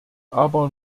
aber